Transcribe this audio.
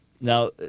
Now